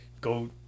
Go